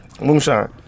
Moonshine